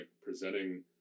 presenting